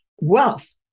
wealth